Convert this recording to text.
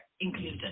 included